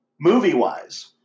Movie-wise